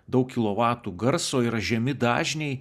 daug kilovatų garso yra žemi dažniai